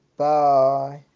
bye